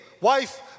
wife